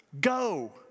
Go